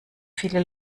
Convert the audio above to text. viele